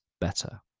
better